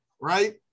right